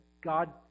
God